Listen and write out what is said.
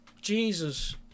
Jesus